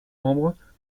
membres